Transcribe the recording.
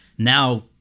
Now